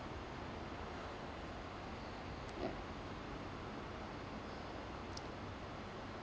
yup